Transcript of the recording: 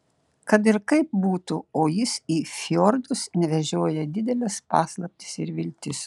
kad ir kaip būtų o jis į fjordus vežioja dideles paslaptis ir viltis